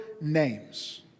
names